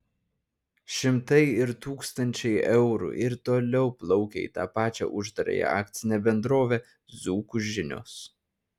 šimtai ir tūkstančiai eurų ir toliau plaukia į tą pačią uždarąją akcinę bendrovę dzūkų žinios